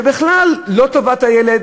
ואומרים שלא טובת הילד,